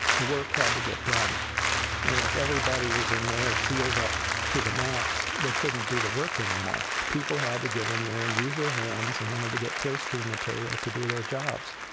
the work had to get done and if everybody was in there sealed up to the max, they couldn't do the work anymore. people had to get in there and use their hands and had to get close to the material to do their jobs,